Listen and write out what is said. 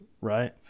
Right